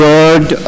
Word